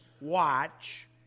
watch